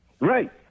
Right